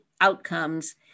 outcomes